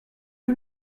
you